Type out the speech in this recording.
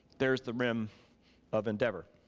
there's the rim of endeavor.